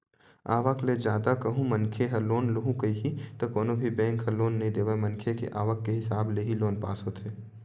आवक ले जादा कहूं मनखे ह लोन लुहूं कइही त कोनो भी बेंक ह लोन नइ देवय मनखे के आवक के हिसाब ले ही लोन पास होथे